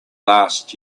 last